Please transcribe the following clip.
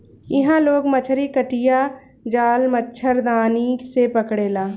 इहां लोग मछरी कटिया, जाल, मछरदानी से पकड़ेला